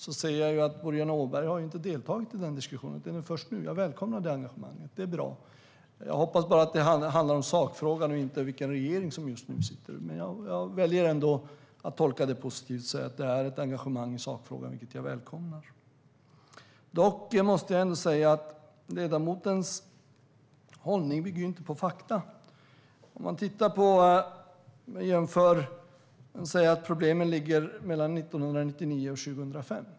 Men faktum är att Boriana Åberg inte har deltagit i den här diskussionen, utan det är först nu. Jag välkomnar engagemanget; det är bra. Jag hoppas bara att det handlar om sakfrågan och inte om vilken regering som just nu sitter. Jag väljer ändå att tolka det positivt, att det är ett engagemang i sakfrågan, vilket jag välkomnar. Dock måste jag säga att ledamotens hållning inte bygger på fakta. Hon säger att problemen var 1999-2005.